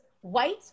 white